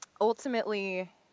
ultimately